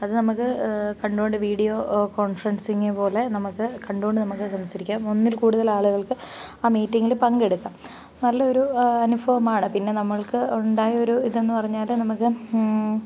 അത് നമ്മൾക്ക് കണ്ടുകൊണ്ട് വീഡിയോ കോണ്ഫറന്സിംഗ് പോലെ നമുക്ക് കണ്ടുകൊണ്ട് നമുക്ക് സംസാരിക്കാം ഒന്നില് കൂടുതലാളുകള്ക്ക് ആ മീറ്റിങ്ങിൽ പങ്കെടുക്കാം നല്ല ഒരു അനുഭവമാണ് പിന്നെ നമ്മള്ക്കുണ്ടായ ഒരു ഇതെന്ന് പറഞ്ഞാൽ നമ്മൾക്ക്